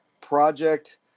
project